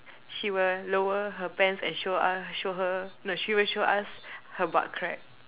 she will lower her pants and show us show her no she will show us her butt crack